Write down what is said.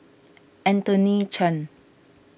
Anthony Chen